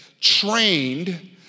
trained